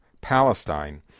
Palestine